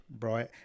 right